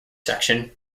section